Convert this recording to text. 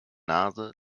nase